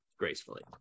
Gracefully